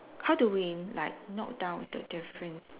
how do we like note down the difference